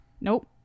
nope